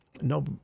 No